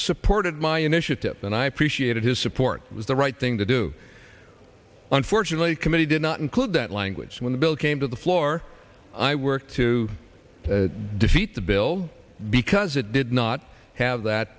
supported my initiative and i appreciated his support it was the right thing to do unfortunately the committee did not include that language when the bill came to the floor i worked to defeat the bill because it did not have that